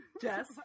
Jess